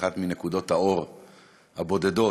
אחת מנקודות האור הבודדות